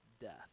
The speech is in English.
death